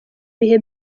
bihe